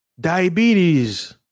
Diabetes